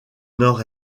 nord